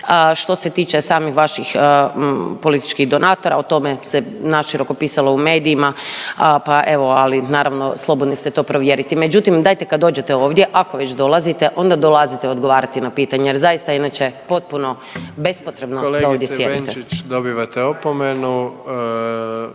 Što se tiče samih vaših političkih donatora, o tome se naširoko pisalo u medijima, pa evo ali naravno slobodni ste to provjeriti. Međutim dajte kad dođete ovdje, ako već dolazite, onda dolaziti odgovarati na pitanja, jer zaista inače potpuno bespotrebno da ovdje sjedite.